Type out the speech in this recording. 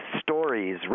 stories